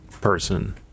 person